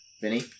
Vinny